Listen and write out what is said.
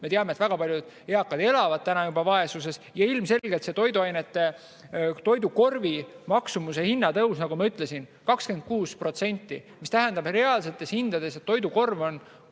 me teame, et väga paljud eakad elavad täna juba vaesuses. Ilmselgelt see toidukorvi maksumuse hinnatõus, nagu ma ütlesin 26%, tähendab reaalsetes hindades, et toidukorv on